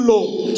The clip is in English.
Lord